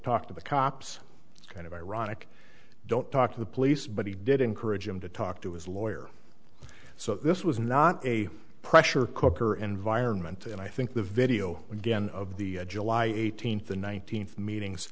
talk to the cops kind of ironic don't talk to the police but he did encourage him to talk to his lawyer so this was not a pressure cooker environment and i think the video again of the july eighteenth the one nine hundred meetings